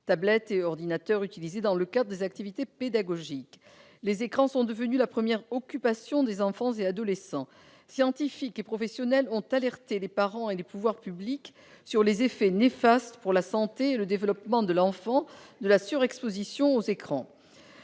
tablettes et ordinateurs utilisés dans le cadre des activités pédagogiques. Les écrans sont devenus la première occupation des enfants et adolescents. Scientifiques et professionnels ont alerté les parents et les pouvoirs publics sur les effets néfastes, pour la santé et le développement de l'enfant, de la surexposition aux écrans